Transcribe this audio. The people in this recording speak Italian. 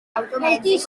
automezzi